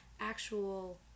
actual